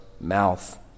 mouth